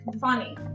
funny